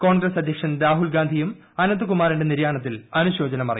കോൺഗ്രസ്സ് അധ്യക്ഷൻ ്രാഹുൽ ഗാന്ധിയും അനന്ത്കുമാറിന്റെ നിര്യാണത്തിൽ അനുശോചനം അറിയിച്ചു